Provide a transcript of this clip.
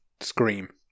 Scream